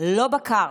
לא בקר.